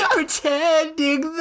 Pretending